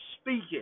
speaking